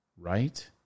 Right